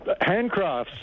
Handcrafts